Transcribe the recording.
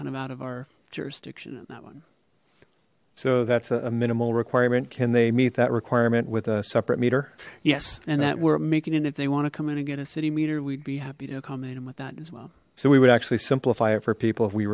kind of out of our jurisdiction on that one so that's a minimal requirement can they meet that requirement with a separate meter yes and that were making it if they want to come in and get a city meter we'd be happy to accommodate him with that as well so we would actually simplify it for people if we